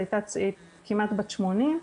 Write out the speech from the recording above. היא כמעט בת 80,